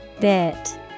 Bit